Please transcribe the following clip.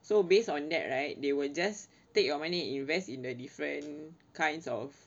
so based on that right they will just take your money invest in the different kinds of